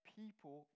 people